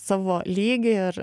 savo lygį ir